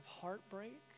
heartbreak